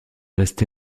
resté